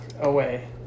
away